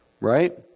Right